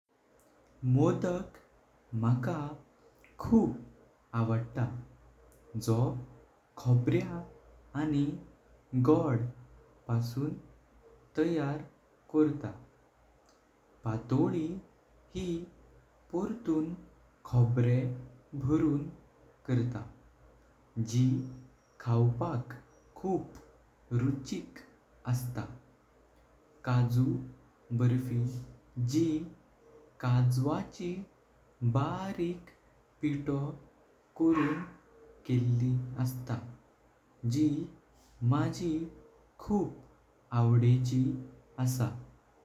मोदक मला खूप आवडतात जो खोबऱ्या आणि गोड पासून तयार करतात। पाटोळी ही पातळून खोबरे भरून करतात जी खावपाक खूप रुचिक असते। काजू बर्फी जी काजवाची बारिक पिठो करून केली असते जी माझी खूप आवडेचे असत।